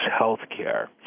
healthcare